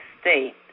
state